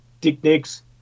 techniques